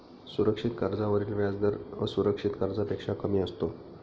सुरक्षित कर्जावरील व्याजदर असुरक्षित कर्जापेक्षा कमी असतो